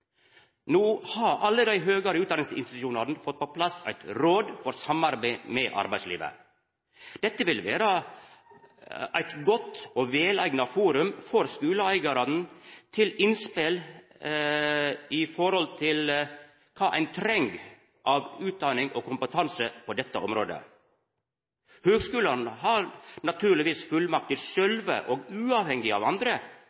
No har alle dei høgare utdanningsinstitusjonane fått på plass eit råd for samarbeid med arbeidslivet. Dette vil vera eit godt og veleigna forum for skuleeigarane for innspel om kva ein treng av utdanning og kompetanse på dette området. Høgskulane har naturlegvis fullmakt til sjølve og uavhengige av andre